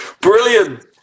Brilliant